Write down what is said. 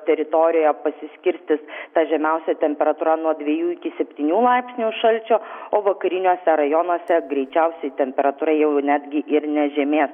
teritorijoje pasiskirstys ta žemiausia temperatūra nuo dviejų iki septynių laipsnių šalčio o vakariniuose rajonuose greičiausiai temperatūra jau netgi ir nežemės